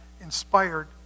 inspired